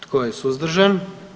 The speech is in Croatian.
Tko je suzdržan?